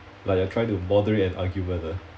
like you're trying to moderate an argument ah